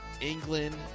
England